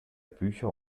bücher